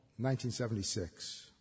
1976